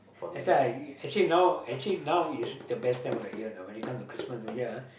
that's why actually now actually now is the best time of the year you know when it comes to Christmas New Year ah